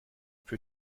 für